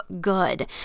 good